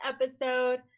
episode